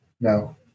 No